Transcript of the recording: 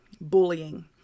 bullying